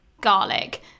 garlic